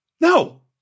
No